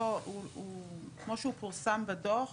כמו שהוא פורסם בדוח,